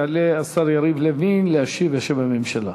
יעלה השר יריב לוין להשיב בשם הממשלה.